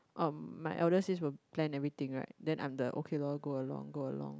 um my elder sis will plan everything right then I'm the okay lor go along go along